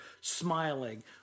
smiling